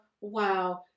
Wow